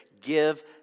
give